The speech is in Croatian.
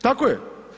Tako je.